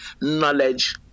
knowledge